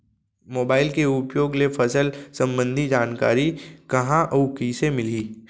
Mobile के उपयोग ले फसल सम्बन्धी जानकारी कहाँ अऊ कइसे मिलही?